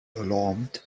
alarmed